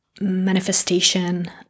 manifestation